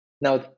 Now